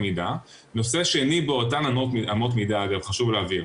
נושא שני באותן אמות מידה, אגב, חשוב להבהיר.